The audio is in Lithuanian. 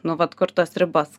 nu vat kur tos ribos